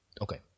Okay